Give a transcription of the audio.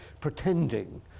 pretending